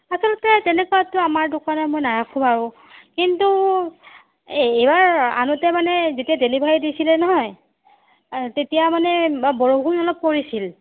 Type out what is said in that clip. আচলতে তেনেকুৱাটো আমাৰ দোকানত মই নাৰাখোঁ বাৰু কিন্তু এই এইবাৰ আনোতে মানে যেতিয়া ডেলিভাৰী দিছিলে নহয় তেতিয়া মানে বৰষুণ অলপ পৰিছিল